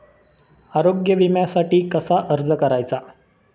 आरोग्य विम्यासाठी कसा अर्ज करायचा?